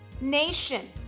nation